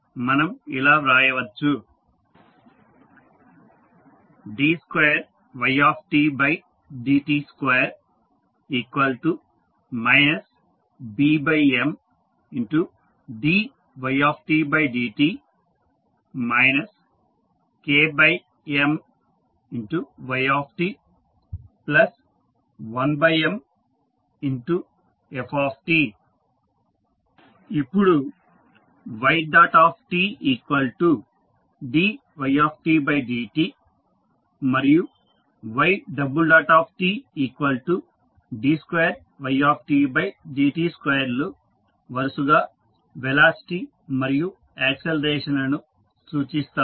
మనం ఇలా వ్రాయవచ్చు d2ytdt2 BMdytdt KMyt1Mft ఇప్పుడు ytdy dtమరియుytd2ydt2లు వరుసగా వెలాసిటీ మరియు యాక్సిలరేషన్ లను సూచిస్తాయి